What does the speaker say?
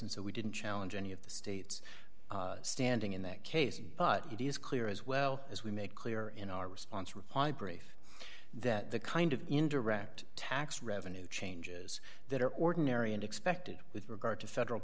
and so we didn't challenge any of the state's standing in that case but it is clear as well as we make clear in our response reply brief that the kind of indirect tax revenue changes that are ordinary and expected with regard to federal